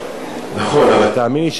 אבל תאמין לי שהתשובה שלך,